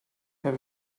have